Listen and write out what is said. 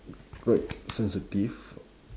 quite sensitive